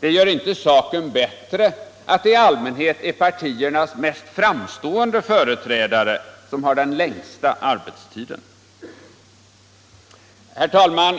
Det gör inte saken bättre att det i allmänhet är partiernas mest framstående företrädare som har den längsta arbetstiden. Herr talman!